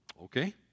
Okay